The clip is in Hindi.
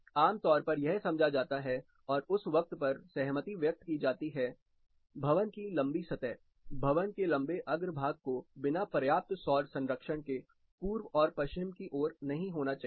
आमतौर पर यह समझा जाता है और उस पर सहमति व्यक्त की जाती है की भवन की लंबी सतह भवन के लंबे अग्रभाग को बिना पर्याप्त सौर संरक्षण के पूर्व और पश्चिम की ओर नहीं होना चाहिए